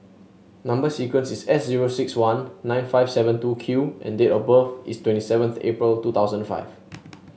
number sequence is S zero six one nine five seven two Q and date of birth is twenty seventh April two thousand five